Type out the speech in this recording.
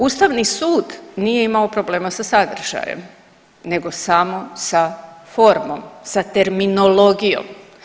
Ustavni sud nije imao problema sa sadržajem nego samo sa formom, sa terminologijom.